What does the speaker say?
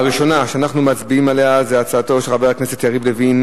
הראשונה שנצביע עליה היא הצעתו של חבר הכנסת יריב לוין,